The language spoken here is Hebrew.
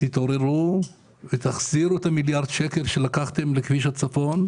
תתעוררו ותחזירו את המיליארד שקל שלקחתם לכביש הצפון,